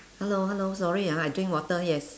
hello hello sorry ah I drink water yes